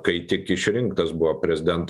kai tik išrinktas buvo prezident